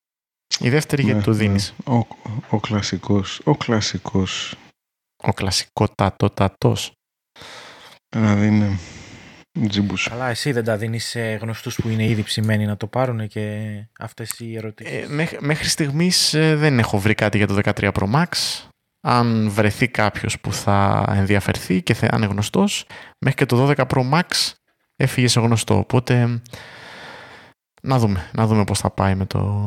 Η δεύτερη γιατί Με- το ναι. δίνεις? Ο- ο- ο κλασικός- ο κλασικός. Ο κλασικότατοτατός. Να δίνει τζιμπούς. Καλά, εσύ δεν τα δίνεις σε γνωστούς που είναι ήδη ψημένοι να το πάρουνε και αυτές οι ερωτήσεις. Ε, μέχ- μέχρι στιγμής, ε, δεν έχω βρει κάτι για το 13 Pro Max. Αν βρεθεί κάποιος που θα ενδιαφερθεί και θα- αν είναι γνωστός, μέχρι και το 12 Pro Max έφυγε σε γνωστό. Οπότε, να δούμε- να δούμε πώς θα πάει με το-